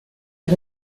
has